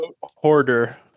hoarder